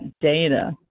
data